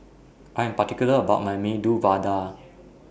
I Am particular about My Medu Vada